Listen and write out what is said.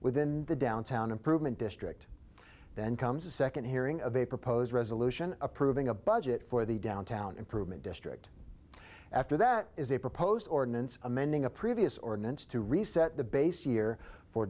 within the downtown improvement district then comes a second hearing of a proposed resolution approving a budget for the downtown improvement district after that is a proposed ordinance amending a previous ordinance to reset the base year for